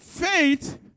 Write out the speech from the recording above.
Faith